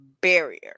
barrier